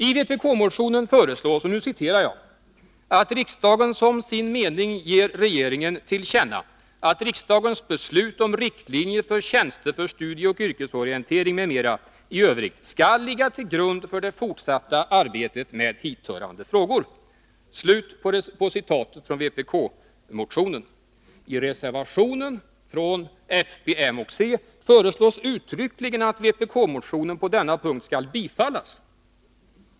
I vpk-motionen förslås ”att riksdagen som sin mening ger regeringen till känna att riksdagens beslut om riktlinjer för tjänster för studieoch yrkesorientering m.m. i övrigt skall ligga till grund för det fortsatta arbetet med hithörande frågor”. I reservationen från folkpartiet, moderaterna och centerpartiet föreslås uttryckligen att vpk-motionen på denna punkt skall bifallas.